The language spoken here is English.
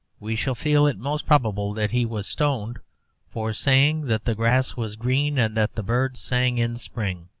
we shall feel it most probable that he was stoned for saying that the grass was green and that the birds sang in spring